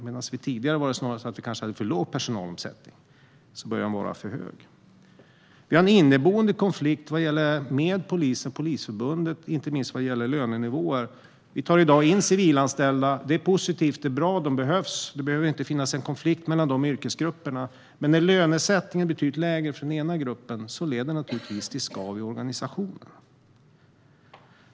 Medan vi tidigare snarast hade för låg personalomsättning börjar den nu bli för hög. Vi har en inneboende konflikt i Polisförbundet, inte minst vad gäller lönenivåer. Man tar i dag in civilanställda. Det är positivt och bra - de behövs. Det behöver inte finnas en konflikt mellan de yrkesgrupperna, men när lönesättningen är betydligt lägre för den ena gruppen leder det naturligtvis till skav i organisationen.